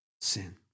Sin